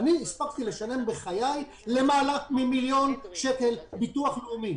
הספקתי לשלם בחיי למעלה ממיליון שקל ביטוח לאומי.